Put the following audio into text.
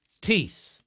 teeth